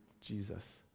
Jesus